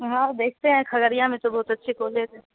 ہاں دیکھتے ہیں کھگڑیا میں تو بہت اچھے کالج ہیں